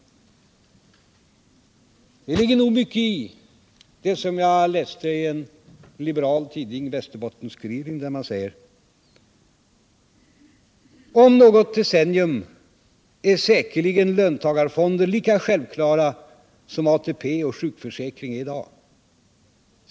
Det ligger nog mycket i det som jag läste i en liberal tidning, Västerbottens Kuriren. där man säger: ”Om något decennium är säkerligen sådana fonder Finansdebatt Finansdebatt lika självklara som ATP och sjukförsäkring är i dag.